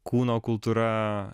kūno kultūra